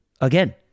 again